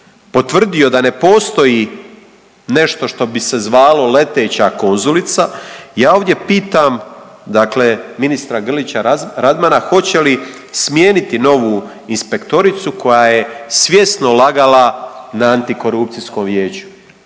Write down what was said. potvrdio da ne postoji nešto što bi se zvalo leteća konzulica ja ovdje pitam dakle ministra Grlića Radmana hoće li smijeniti novu inspektoricu koja je svjesno lagala na Antikorupcijskom vijeću.